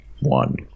One